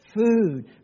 food